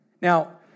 Now